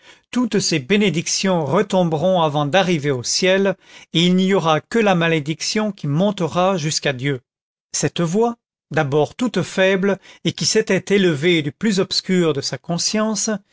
toutes ces bénédictions retomberont avant d'arriver au ciel et il n'y aura que la malédiction qui montera jusqu'à dieu cette voix d'abord toute faible et qui s'était élevée du plus obscur de sa conscience